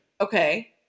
Okay